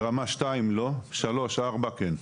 ברמה שתיים לא, שלוש, ארבע כן.